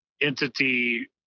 entity